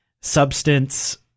substance